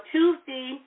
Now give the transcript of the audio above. Tuesday